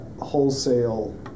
wholesale